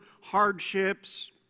hardships